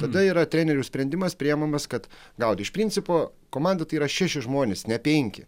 tada yra trenerių sprendimas priimamas kad gauti iš principo komanda tai yra šeši žmonės ne penki